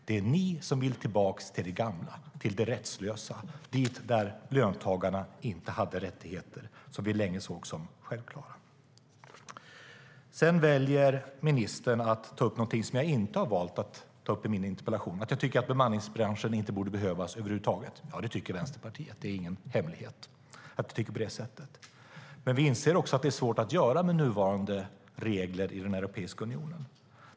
Det är ni som vill tillbaka till det gamla, till det rättslösa, där löntagarna inte hade rättigheter som vi därefter länge sett som självklara. Ministern väljer att ta upp någonting som jag inte valt att ta upp i min interpellation, nämligen att jag tycker att bemanningsbranschen inte borde behövas över huvud taget. Det är ingen hemlighet att Vänsterpartiet tycker på det sättet. Men vi inser också att det är svårt att göra något åt detta med nuvarande regler i Europeiska unionen.